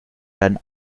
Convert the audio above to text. werden